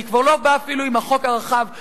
אני כבר לא בא אפילו עם החוק הרחב ואומר: